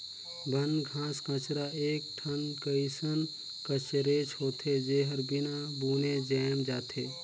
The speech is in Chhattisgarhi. बन, घास कचरा एक ठन कइसन कचरेच होथे, जेहर बिना बुने जायम जाथे